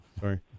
sorry